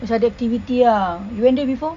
masa ada activity ah you went there before